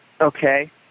Okay